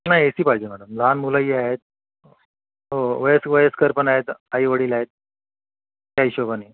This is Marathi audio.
नाही ए सी पाहिजे मॅडम लहान मुलंही आहेत हो वय वयस्कर पण आहेत आईवडील आहेत त्या हिशोबाने